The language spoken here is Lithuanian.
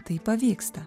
tai pavyksta